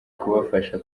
kubafasha